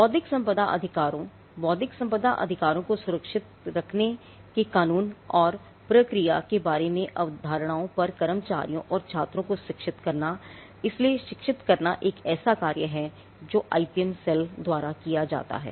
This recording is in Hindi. बौद्धिक संपदा अधिकारों बौद्धिक संपदा अधिकारों को सुरक्षित रखने के कानून और प्रक्रिया के बारे में अवधारणाओं पर कर्मचारियों और छात्रों को शिक्षित करना इसलिए शिक्षित करना एक ऐसा कार्य है जो आईपीएम सेल द्वारा किया जाता है